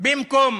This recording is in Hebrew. במקום